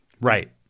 Right